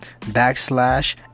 backslash